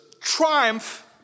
Triumph